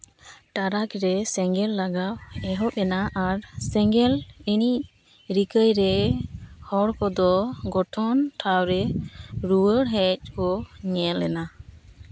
ᱴᱮᱨᱟᱠ ᱨᱮ ᱥᱮᱸᱜᱮᱞ ᱞᱟᱜᱟᱣ ᱮᱦᱚᱵᱮᱱᱟ ᱟᱨ ᱥᱮᱸᱜᱮᱞ ᱤᱲᱤᱡ ᱨᱤᱠᱟᱹᱭ ᱨᱮ ᱦᱚᱲ ᱠᱚᱫᱚ ᱜᱚᱴᱷᱚᱱ ᱴᱷᱟᱶ ᱨᱮ ᱨᱩᱣᱟᱹᱲ ᱦᱮᱡ ᱠᱚ ᱧᱮᱞ ᱮᱱᱟ